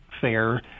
fair